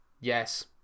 Yes